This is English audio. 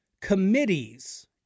committees